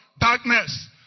Darkness